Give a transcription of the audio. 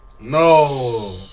No